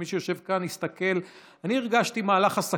כמי שיושב כאן ומסתכל,